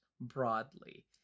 broadly